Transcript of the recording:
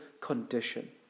condition